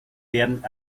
werden